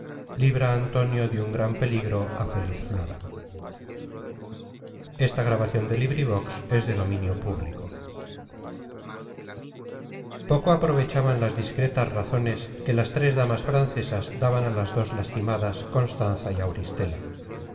libra antonio de un gran peligro á feliz flora poco aprovechaban las discretas razones que las tres damas francesas daban á las dos lastimadas constanza y auristela